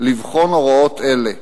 לבחון הוראות אלה,